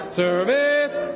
service